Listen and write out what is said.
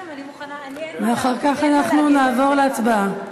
ואחר כך אנחנו נעבור להצבעה.